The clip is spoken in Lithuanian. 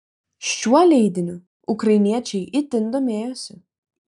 šiuo leidiniu ukrainiečiai itin domėjosi